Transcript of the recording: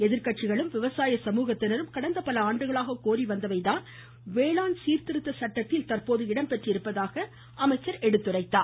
எதிர்கட்சிகளும் விவசாய சமூகத்தினரும் கடந்த பல ஆண்டுகளாக கோரி வந்தவை தான் வேளாண் சீர்திருத்தங்களில் தற்போது இடம்பெற்றிருப்பதாக எடுத்துரைத்தார்